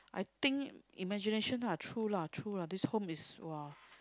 I think imagination true lah true lah this home is !wah!